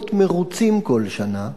להיות מרוצים כל שנה,